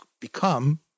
become